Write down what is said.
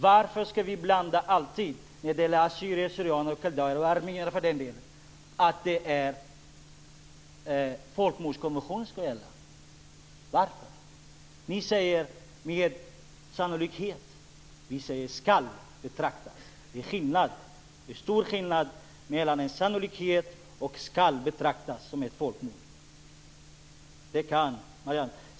Varför ska vi när det gäller assyrier/syrianer, kaldéer och för den delen också armenier alltid hävda att folkmordskonventionen ska gälla? Ni säger "med sannolikhet", och vi säger att det "ska betraktas" som ett folkmord. Det är en stor skillnad mellan detta.